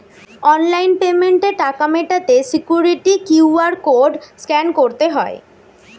online পেমেন্টে টাকা মেটাতে সিকিউরিটি কিউ.আর কোড স্ক্যান করতে হয়